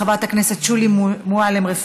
חברת הכנסת שולי מועלם-רפאלי,